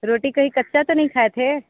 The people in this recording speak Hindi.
रोटी कहीं कच्चा तो नहीं खाए थे